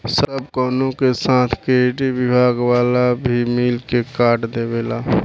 सब कवनो के साथ क्रेडिट विभाग वाला भी मिल के कार्ड देवेला